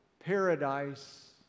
paradise